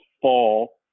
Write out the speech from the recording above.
fall